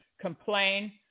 complain